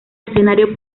escenario